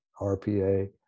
RPA